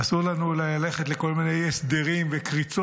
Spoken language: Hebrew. אסור לנו ללכת לכל מיני הסדרים וקריצות.